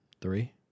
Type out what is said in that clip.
Three